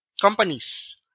companies